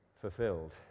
fulfilled